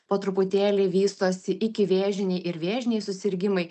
po truputėlį vystosi ikivėžiniai ir vėžiniai susirgimai